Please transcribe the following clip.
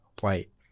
white